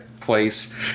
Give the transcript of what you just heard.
Place